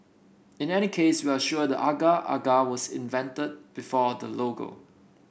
in any case we are sure the agar agar was invented before the logo